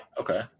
Okay